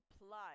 Apply